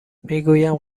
میگویم